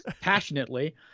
passionately